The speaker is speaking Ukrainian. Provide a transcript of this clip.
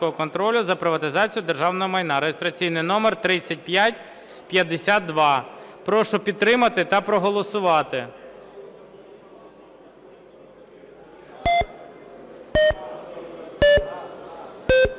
Прошу підтримати та проголосувати.